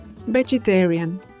vegetarian